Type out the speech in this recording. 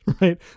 right